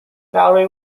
valerie